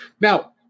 now